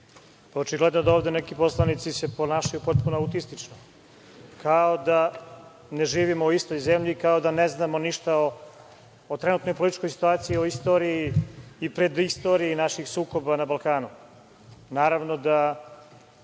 Očigledno je da ovde neki poslanici se ponašaju potpuno autistično, kao da ne živimo u istoj zemlji, kao da ne znamo ništa o trenutnoj političkoj situaciji, o istoriji i predistoriji naših sukoba na Balkanu. Naravno